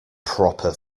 proper